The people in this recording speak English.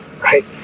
right